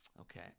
Okay